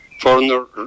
foreigner